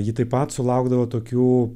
ji taip pat sulaukdavo tokių